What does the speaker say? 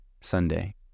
Sunday